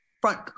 front